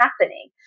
happening